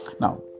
Now